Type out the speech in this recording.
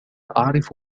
أعرف